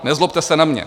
Nezlobte se na mě.